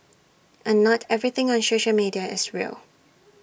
and not everything on social media is real